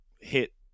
hit